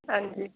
हांजी